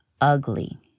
ugly